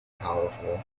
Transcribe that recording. powerful